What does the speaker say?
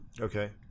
Okay